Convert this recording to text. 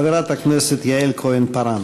חברת הכנסת יעל כהן-פארן.